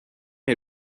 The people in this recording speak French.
est